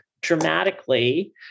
dramatically